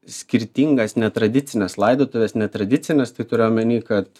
skirtingas netradicines laidotuves netradicines tai turiu omeny kad